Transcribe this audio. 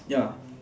ya